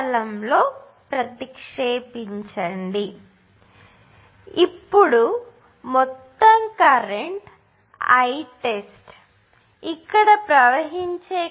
కాబట్టి ఇప్పుడు మొత్తం కరెంట్ Itest ఇక్కడ ప్రవహించే కరెంట్కు సమానం